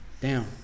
down